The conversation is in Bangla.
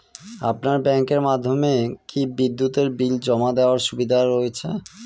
আপনার ব্যাংকের মাধ্যমে কি বিদ্যুতের বিল জমা দেওয়ার সুবিধা রয়েছে?